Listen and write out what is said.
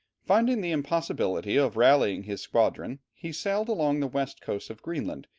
finding the impossibility of rallying his squadron, he sailed along the west coast of greenland,